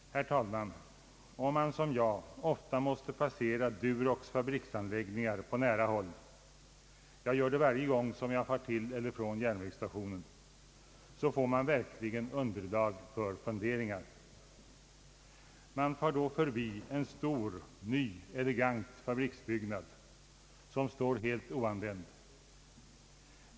Herr talman! Om man som jag ofta måste passera Durox” fabriksanläggningar på nära håll — jag gör det varje gång som jag far till eller från järnvägsstationen — får man verkligen underlag för funderingar. Man far då förbi en stor, ny, elegant fabriksbyggnad, som står helt oanvänd.